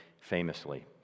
famously